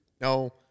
No